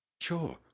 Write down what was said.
Sure